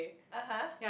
(uh huh)